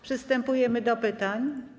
Przystępujemy do pytań.